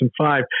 2005